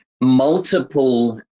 multiple